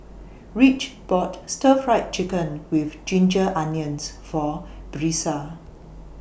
Ridge bought Stir Fried Chicken with Ginger Onions For Brisa